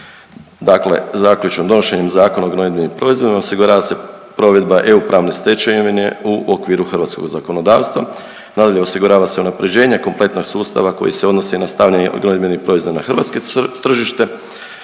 Dakle, zaključno donošenjem Zakona o gnojidbenim proizvodima osigurava se provedba EU pravne stečevine u okviru hrvatskog zakonodavstva. Nadalje, osigurava se unapređenje kompletnog sustava koji se odnosi na stavljanje gnojidbenih proizvoda na hrvatsko tržište,